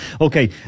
Okay